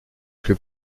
que